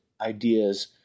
ideas